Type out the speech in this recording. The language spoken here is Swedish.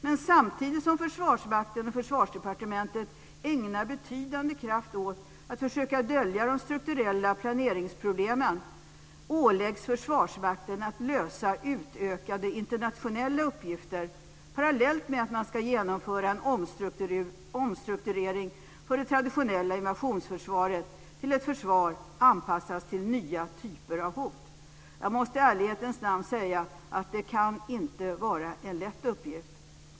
Men samtidigt som Försvarsmakten och Försvarsdepartementet ägnar betydande kraft åt att försöka dölja de strukturella planeringsproblemen åläggs Försvarsmakten att lösa utökade internationella uppgifter parallellt med att man ska genomföra en omstrukturering av det traditionella invasionsförsvaret till att bli ett försvar anpassat till nya typer av hot. Jag måste i ärlighetens namn säga att det inte kan vara en lätt uppgift.